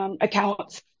accounts